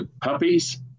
puppies